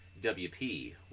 wp